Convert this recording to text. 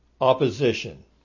opposition